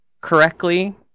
correctly